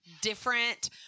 different